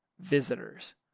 visitors